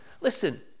Listen